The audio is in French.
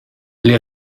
les